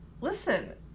listen